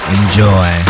Enjoy